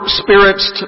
spirits